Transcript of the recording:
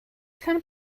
come